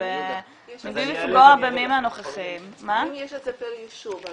ובלי לפגוע במי מהנוכחים --- אם יש את זה פר יישוב,